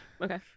Okay